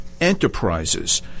enterprises